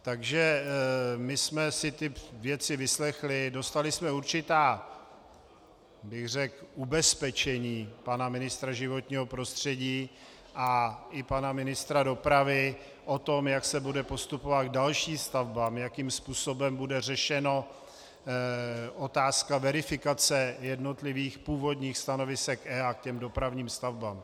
Takže my jsme si ty věci vyslechli, dostali jsme určitá ubezpečení pana ministra životního prostředí a i pana ministra dopravy o tom, jak se bude postupovat k dalším stavbám, jakým způsobem bude řešena otázka verifikace jednotlivých původních stanovisek EIA k těm dopravním stavbám.